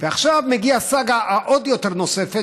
ועכשיו מגיעה סאגה נוספת,